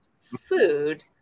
food